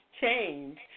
change